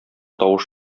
тавыш